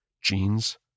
Jeans